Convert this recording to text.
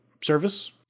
Service